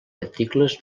articles